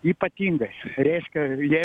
ypatingas reiškia jei